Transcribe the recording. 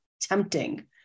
tempting